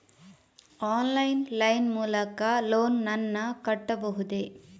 Online line ಮೂಲಕ loan ನನ್ನ ಕಟ್ಟಬಹುದೇ?